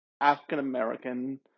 African-American